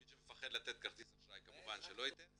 מי שמפחד לתת כרטיס אשראי כמובן שלא ייתן,